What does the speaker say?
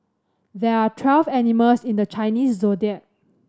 there are twelve animals in the Chinese Zodiac